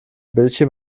bildschirm